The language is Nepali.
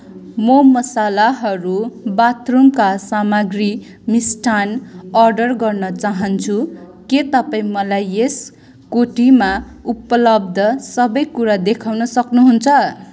म मसलाहरू बाथरुमका सामग्री मिष्टान्न अर्डर गर्न चाहन्छु के तपाईँ मलाई यस कोटीमा उपलब्ध सबै कुरा देखाउन सक्नुहुन्छ